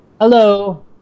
Hello